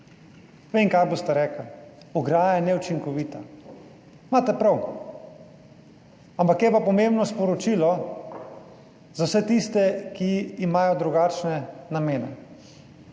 Vem kaj boste rekli, ograja je neučinkovita. Imate prav, ampak je pa pomembno sporočilo za vse tiste, ki imajo drugačne namene.